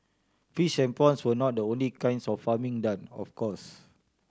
fish and prawns were not the only kinds of farming done of course